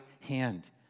hand